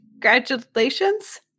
congratulations